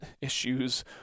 issues